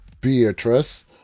Beatrice